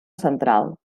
central